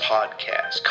Podcast